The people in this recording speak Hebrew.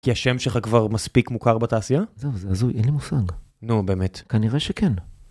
כי השם שלך כבר מספיק מוכר בתעשייה? זהו, זה הזוי, אין לי מושג. נו, באמת. כנראה שכן.